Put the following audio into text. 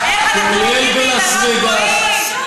כולל בלאס-וגאס,